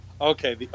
Okay